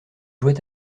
jouait